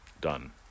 Done